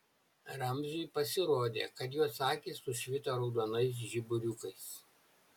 ramziui pasirodė kad jos akys sušvito raudonais žiburiukais